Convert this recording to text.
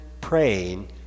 praying